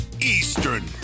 Eastern